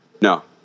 No